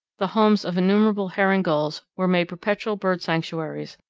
the homes of innumerable herring gulls, were made perpetual bird sanctuaries,